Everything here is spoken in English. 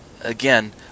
Again